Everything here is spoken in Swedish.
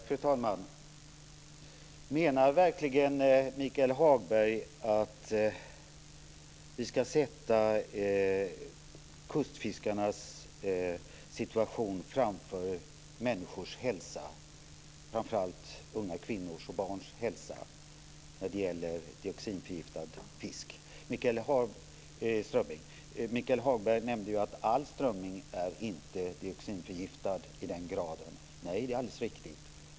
Fru talman! Menar verkligen Michael Hagberg att vi ska sätta kustfiskarnas situation framför människors hälsa, framför allt hälsan hos unga kvinnor och barn, när det gäller dioxinförgiftad strömming? Michael Hagberg nämnde att all strömming inte är dioxinförgiftad i den graden. Det är alldeles riktigt.